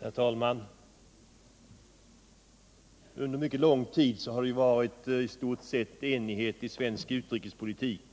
Herr talman! Under mycket lång tid har det i stort sett rått enighet om den svenska utrikespolitiken.